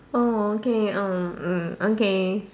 oh okay um hmm okay